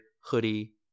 hoodie